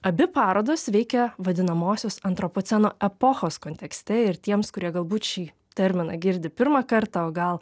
abi parodos veikia vadinamosios antropoceno epochos kontekste ir tiems kurie galbūt šį terminą girdi pirmą kartą o gal